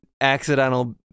Accidental